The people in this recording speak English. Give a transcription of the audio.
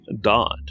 dot